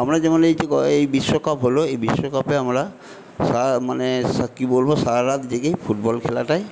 আমরা যেমন এই যে বিশ্বকাপ হলো এই বিশ্বকাপে আমরা সারা মানে কি বলবো সারারাত জেগেই ফুটবল খেলাটাই